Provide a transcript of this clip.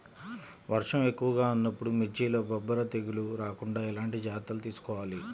వర్షం ఎక్కువగా ఉన్నప్పుడు మిర్చిలో బొబ్బర తెగులు రాకుండా ఎలాంటి జాగ్రత్తలు తీసుకోవాలి?